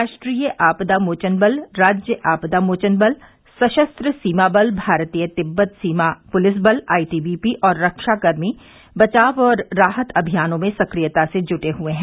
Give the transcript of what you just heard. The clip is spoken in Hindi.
राष्ट्रीय आपदा मोचन बल राज्य आपदा मोचन बल सशस्त्र सीमा बल भारतीय तिब्बत सीमा पूलिस बल आईटीबीपी और रक्षाकर्मी बचाव और राहत अभियानों में सक्रियता से जुटे हैं